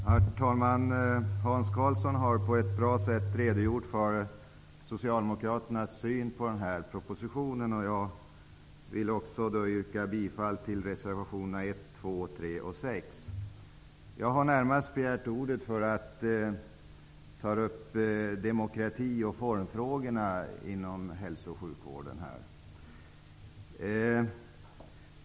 Herr talman! Hans Karlsson har på ett bra sätt redogjort för socialdemokraternas syn på den här frågan. Jag yrkar bifall till reservationerna 1, 2, 3 Jag har närmast begärt ordet för att ta upp demokrati och formfrågorna inom hälso och sjukvården.